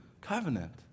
covenant